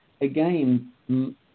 again